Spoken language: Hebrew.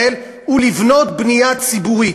היא לבנות בנייה ציבורית.